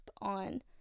on